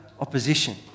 opposition